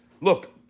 Look